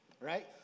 Right